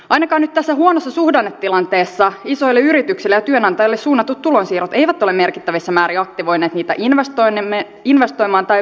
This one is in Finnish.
ainakaan nyt tässä huonossa suhdannetilanteessa isoille yrityksille ja työnantajille suunnatut tulonsiirrot eivät ole merkittävässä määrin aktivoineet niitä investoimaan tai palkkaamaan lisää työvoimaa